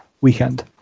weekend